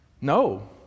No